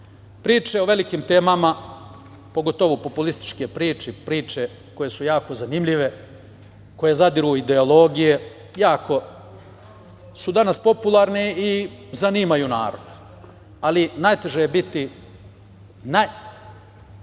o velikim temama, pogotovo populističke priče, priče koje su jako zanimljive, koje zadiru u ideologije jako su danas popularne i zanimaju narod, ali najteže je biti, danas